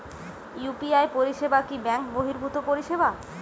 UPI পরিসেবা কি bank বর্হিভুত পরিসেবা?